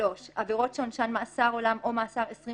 (3)עבירות שעונשן מאסר עולם או מאסר עשרים